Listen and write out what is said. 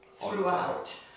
throughout